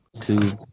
two